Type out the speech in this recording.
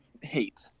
hate